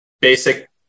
basic